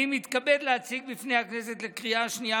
אני מתכבד להציג בפני הכנסת לקריאה השנייה